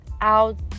out